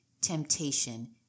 temptation